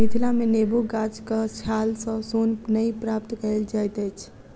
मिथिला मे नेबो गाछक छाल सॅ सोन नै प्राप्त कएल जाइत अछि